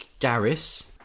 Garris